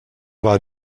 war